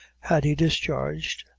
had he discharged,